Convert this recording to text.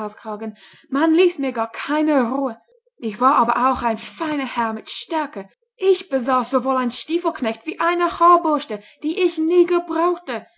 man ließ mir gar keine ruhe ich war aber auch ein feiner herr mit stärke ich besaß sowohl einen stiefelknecht wie eine haarbürste die ich nie gebrauchte